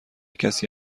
کسی